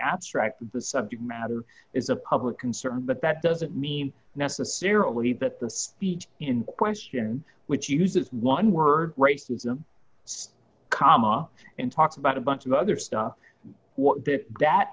abstract the subject matter is a public concern but that doesn't mean necessarily that the speech in question which uses one word racism comma and talks about a bunch of other stuff that